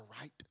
right